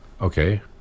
okay